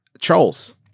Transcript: Trolls